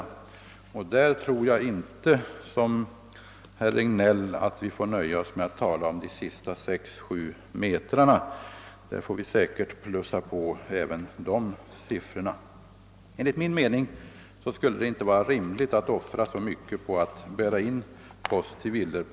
I detta sammanhang tror jag inte såsom herr Regnéll att vi kan nöja oss med att tala om en ökning av gångavståndet för brevbäraren till varje hushåll med sex till sju meter utan måste lägga till ytterligare sträcka. Enligt min mening skulle det inte vara rimligt att offra så mycket på att bära in post till dessa villor.